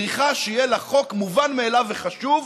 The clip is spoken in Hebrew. צריכה שיהיה לה חוק מובן מאליו וחשוב,